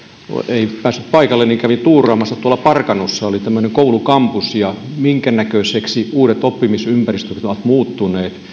ei päässyt paikalle niin kävin tuuraamassa tuolla parkanossa tämmöisen koulukampuksen ja näin minkä näköisiksi uudet oppimisympäristöt ovat muuttuneet